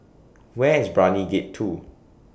Where IS Brani Gate two